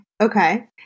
Okay